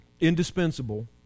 indispensable